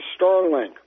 Starlink